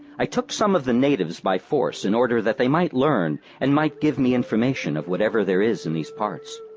i took some of the natives by force in order that they might learn and might give me information of whatever there is in these parts.